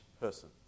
person